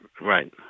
right